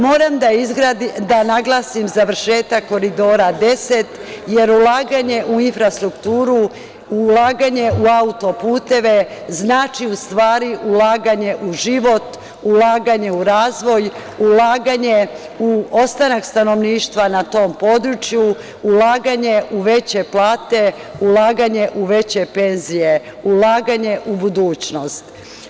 Moram da naglasim završetak Koridora 10, jer ulaganje u infrastrukturu, ulaganje u autoputeve znači u stvari ulaganje u život, ulaganje u razvoj, ulaganje u ostanak stanovništva na tom području, ulaganje u veće plate, ulaganje u veće penzije, ulaganje u budućnost.